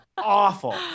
awful